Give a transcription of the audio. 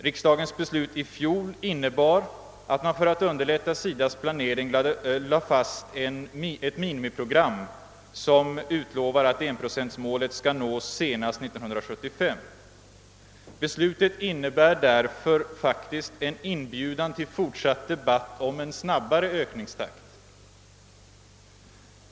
Riksdagens beslut i fjol innebar att man för att underlätta SIDA:s planering lade fast ett minimiprogram, som utlovar att 1-procentsmålet skall nås senast 1975. Beslutet var därför faktiskt en inbjudan till fortsatt debatt om en snabbare ökningstakt.